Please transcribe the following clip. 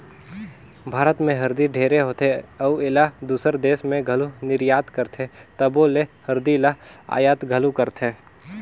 भारत में हरदी ढेरे होथे अउ एला दूसर देस में घलो निरयात करथे तबो ले हरदी ल अयात घलो करथें